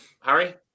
Harry